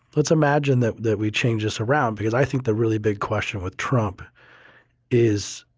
let's imagine that that we change this around, because i think the really big question with trump is,